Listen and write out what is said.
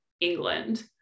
england